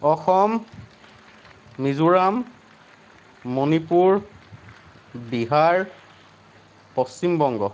Assam Mizoram Manipur Bihar Paschimbanga